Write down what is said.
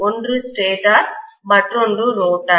ஒன்று ஸ்டேட்டர் மற்றொன்று ரோட்டார்